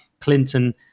Clinton